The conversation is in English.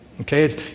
Okay